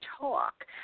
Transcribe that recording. talk